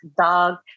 dog